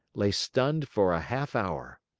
lay stunned for a half hour.